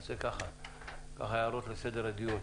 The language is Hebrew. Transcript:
תכניות הסיוע הכלכליות לעסקים הקטנים והבינוניים בתקופת הקורונה.